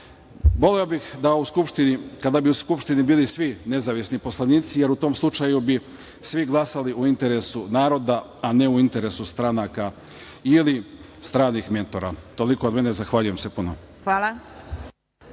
garancije. Voleo bih kada bi u Skupštini bili svi nezavisni poslanici, jer u tom slučaju bi svi glasali u interesu naroda, a ne u interesu stranaka ili stranih mentora. Toliko od mene. Zahvaljujem se puno.